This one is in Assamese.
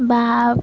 বা